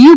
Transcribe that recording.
you